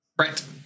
right